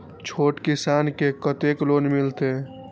छोट किसान के कतेक लोन मिलते?